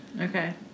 Okay